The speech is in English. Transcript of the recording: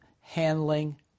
handling